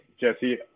jesse